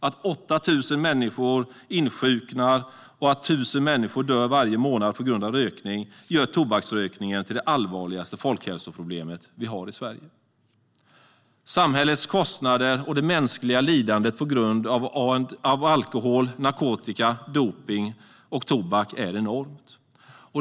Att 8 000 människor insjuknar och att 1 000 människor dör varje månad på grund av rökning gör tobaksrökning till det allvarligaste folkhälsoproblem vi har i Sverige. Samhällets kostnader och det mänskliga lidandet på grund av alkohol, narkotika, dopning och tobak är enorma.